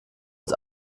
uns